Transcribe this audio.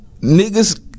niggas